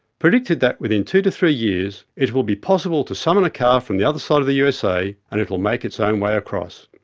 predicted that within two to three years it will be possible to summon a car from the other side of the usa and it will make its own way across.